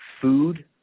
food